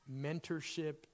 mentorship